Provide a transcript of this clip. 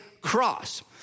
cross